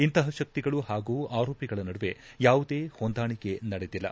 ಇಂತಪ ಶಕ್ತಿಗಳು ಪಾಗೂ ಆರೋಪಿಗಳ ನಡುವೆ ಯಾವುದೇ ಹೊಂದಾಣಿಕೆ ನಡೆದಿಲ್ಲ